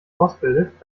ausbildet